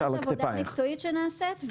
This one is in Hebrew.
יש עבודה מקצועית שנעשית,